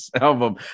album